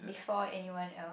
before anyone else